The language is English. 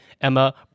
Emma